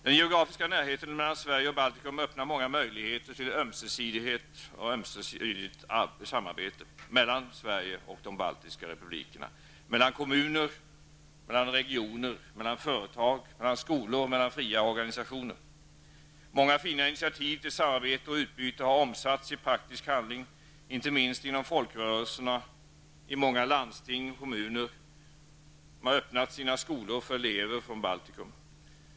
Den geografiska närheten mellan Sverige och Baltikum öppnar många möjligheter till ömsesidigt samarbete -- mellan Sverige och de baltiska republikerna, mellan kommuner och regioner, mellan företag, skolor och fria organisationer. Många fina initiativ till samarbete och utbyte har omsatts i praktisk handling, inte minst inom folkrörelserna och i många landsting och kommuner, som har öppnat sina skolor för elever från Baltikum.